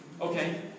okay